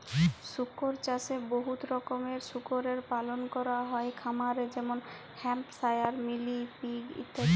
শুকর চাষে বহুত রকমের শুকরের পালল ক্যরা হ্যয় খামারে যেমল হ্যাম্পশায়ার, মিলি পিগ ইত্যাদি